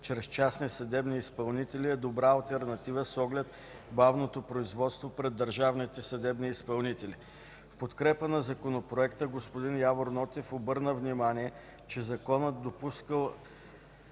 чрез частни съдебни изпълнители е добра алтернатива с оглед бавното производство пред държавните съдебни изпълнители. В подкрепа на Законопроекта, господин Явор Нотев обърна внимание, че Законът допуска